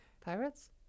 Pirates